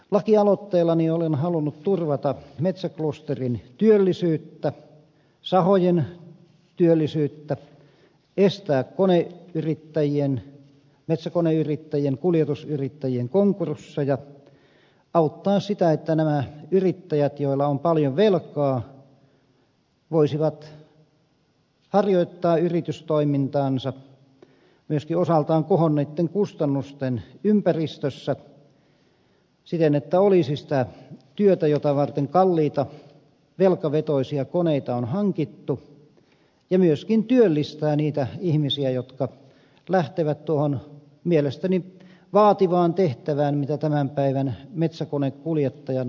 lakialoitteellani olen halunnut turvata metsäklusterin työllisyyttä sahojen työllisyyttä estää koneyrittäjien metsäkoneyrittäjien kuljetusyrittäjien konkursseja auttaa sitä että nämä yrittäjät joilla on paljon velkaa voisivat harjoittaa yritystoimintaansa myöskin osaltaan kohonneitten kustannusten ympäristössä siten että olisi sitä työtä jota varten kalliita velkavetoisia koneita on hankittu ja myöskin työllistää niitä ihmisiä jotka lähtevät tuohon mielestäni vaativaan tehtävään mitä tämän päivän metsäkonekuljettajan osaamistaso edellyttää